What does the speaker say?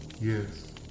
Yes